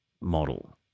model